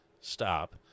stop